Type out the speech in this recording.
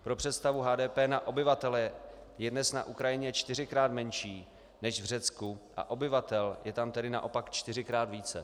Pro představu, HDP na obyvatele je dnes na Ukrajině čtyřikrát menší než v Řecku a obyvatel je tam tedy naopak čtyřikrát více.